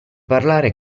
parlare